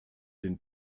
den